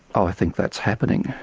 ah i think that's happening,